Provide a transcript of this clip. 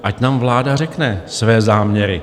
Ať nám vláda řekne své záměry.